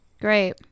Great